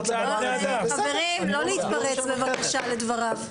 חברים, בבקשה לא להתפרץ לדבריו.